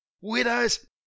widows